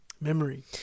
memory